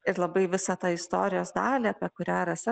ir labai visą tą istorijos dalį apie kurią rasa